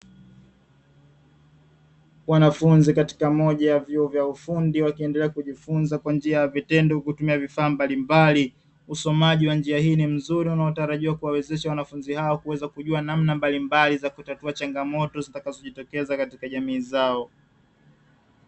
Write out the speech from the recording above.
Wanafunzi katika moja ya vyuo vya ufundi wakiendelea kujifunza kwa njia ya vitendo kutumia vifaa mbalimbali, usomaji wa njia hii ni mzuri unaotarajiwa kuwawezesha wanafunzi hao kuweza kujua namna mbalimbali za kutatua changamoto zitakazojitokeza katika jamii zao.